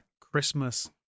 Christmas